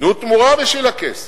תנו תמורה בשביל הכסף.